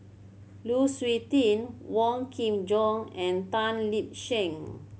Lu Suitin Wong Kin Jong and Tan Lip Seng